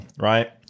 Right